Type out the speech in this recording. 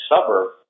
suburb